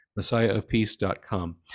messiahofpeace.com